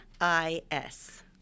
I-S